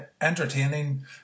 entertaining